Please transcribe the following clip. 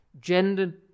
gender